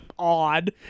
Odd